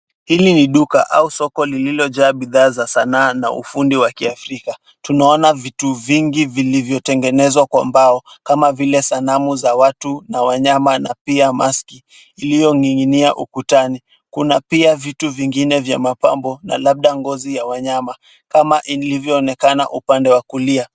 Hili ni duka au soko lililojaa bidhaa za sanaa na ufundi wa Kiafrika. Tunaona vitu vingi vilivyotengenezwa kwa mbao kama vile sanamu za watu na wanyama na pia maski iliyoning'inia ukutani. Kuna pia vitu vingine vya mapambo na labda ngozi ya wanyama kama ilivyoonekana upande wa kulia.